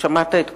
שמעת את כולם,